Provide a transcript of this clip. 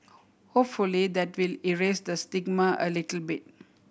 hopefully that will erase the stigma a little bit